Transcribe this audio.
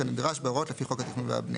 כנדרש בהוראות לפי חוק התכנון והבנייה.